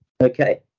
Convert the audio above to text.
Okay